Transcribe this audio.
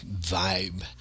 vibe